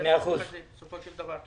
לדבר הזה בסופו של דבר.